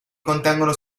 contengono